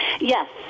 yes